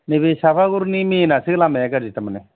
नैबे साफागुरिनि मेनआसो लामाया गाज्रि थारमानि